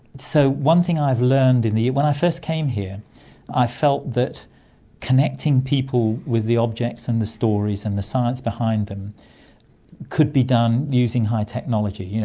so one thing i've learned. and when i first came here i felt that connecting people with the objects and the stories and the science behind them could be done using high technology, you know